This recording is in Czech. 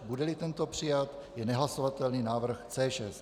Budeli tento přijat, je nehlasovatelný návrh C6.